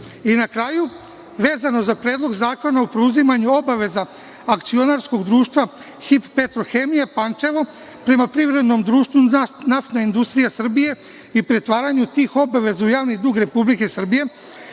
na kraju, vezano za Predlog zakona o preuzimanju obaveza akcionarskog društva HIP „Petrohemije“ Pančevo, prema Privrednom društvu Naftna industrija Srbije, i pretvaranju tih obaveza u javni dug Republike Srbije,